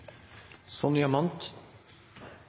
Sonja Mandt,